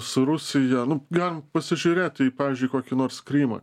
su rusija nu galim pasižiūrėt į pavyzdžiui kokį nors krymą